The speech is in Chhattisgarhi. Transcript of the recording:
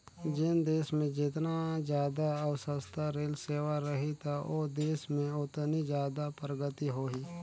जेन देस मे जेतना जादा अउ सस्ता रेल सेवा रही त ओ देस में ओतनी जादा परगति होही